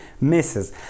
misses